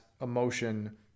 emotion